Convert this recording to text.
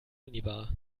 minibar